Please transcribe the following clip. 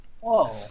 Whoa